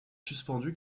suspendu